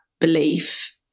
belief